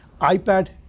iPad